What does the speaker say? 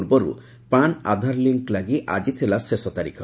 ପୂର୍ବରୁ PAN Aadhaar link ଲାଗି ଆଜି ଥିଲା ଶେଷ ତାରିଖ